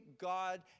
God